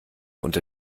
unter